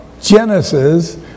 Genesis